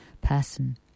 person